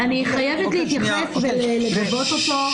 אני חייבת לגבות אותו.